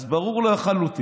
אז ברור לחלוטין